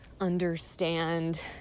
understand